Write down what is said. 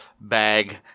bag